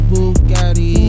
Bugatti